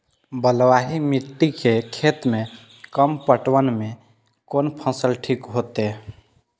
बलवाही मिट्टी के खेत में कम पटवन में कोन फसल ठीक होते?